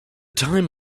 time